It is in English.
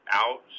out